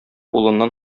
улыннан